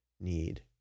need